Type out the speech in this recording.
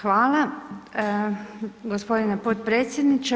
Hvala gospodine potpredsjedniče.